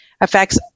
affects